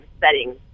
settings